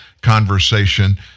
conversation